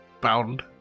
bound